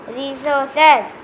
resources